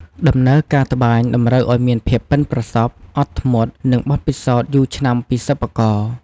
ដំណើរការត្បាញតម្រូវឱ្យមានភាពប៉ិនប្រសប់ អត់ធ្មត់ និងបទពិសោធន៍យូរឆ្នាំពីសិប្បករ។